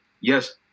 yes